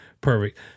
Perfect